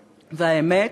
והאמת?